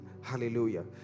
Hallelujah